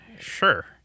sure